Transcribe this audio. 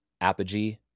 Apogee